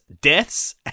deaths